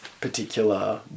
particular